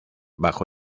bajo